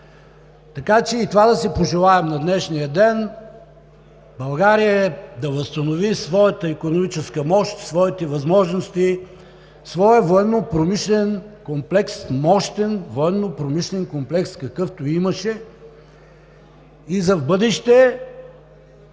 на днешния ден да си пожелаем и това – България да възстанови своята икономическа мощ, своите възможности, своя военнопромишлен комплекс, мощен военнопромишлен комплекс, какъвто имаше. И за в бъдеще